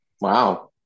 Wow